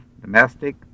domestic